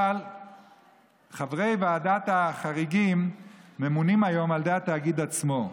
אבל חברי ועדת החריגים ממונים היום על ידי התאגיד עצמו.